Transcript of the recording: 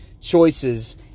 choices